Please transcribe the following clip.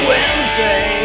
Wednesday